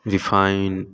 refined